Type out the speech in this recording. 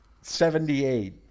Seventy-eight